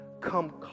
Come